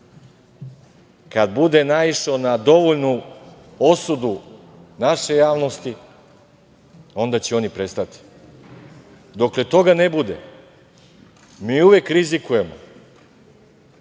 Kada bude naišao na dovoljnu osudu naše javnosti onda će oni prestati. Dokle toga ne bude mi uvek rizikujemo